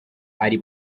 ari